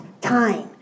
time